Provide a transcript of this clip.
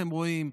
אתם רואים,